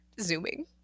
Zooming